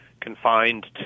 confined